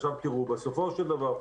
עכשיו, תראו, בסופו של דבר,